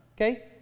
okay